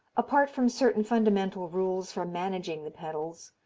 apart from certain fundamental rules for managing the pedals,